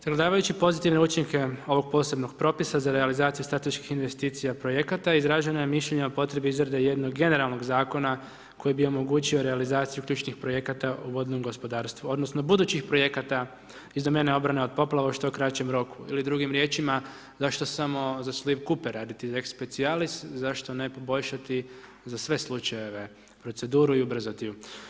Sagledavajući pozitivne učinke ovog posebnog Propisa za realizaciju strateških investicija projekata, izraženo je mišljenje o potrebi izrade jednog generalnog Zakona koji bi omogućio realizaciju ključnih projekata u vodnom gospodarstvu, odnosno budućih projekata iz domene obrane od poplave u što kraćem roku ili drugim riječima, zašto samo za sliv Kupe raditi Lex specialis, zašto ne poboljšati za sve slučajeve, proceduru i ubrzati ju?